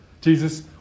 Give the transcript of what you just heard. Jesus